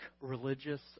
religious